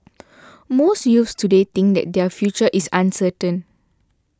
most youths today think that their future is uncertain